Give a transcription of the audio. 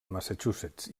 massachusetts